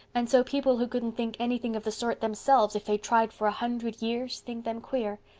and so people who couldn't think anything of the sort themselves, if they tried for a hundred years, think them queer.